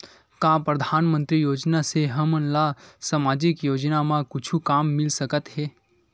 का परधानमंतरी योजना से हमन ला सामजिक योजना मा कुछु काम मिल सकत हे?